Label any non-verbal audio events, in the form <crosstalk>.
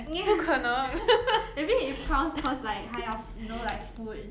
<noise> maybe it pounce cause like 它要 you know like food